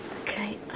Okay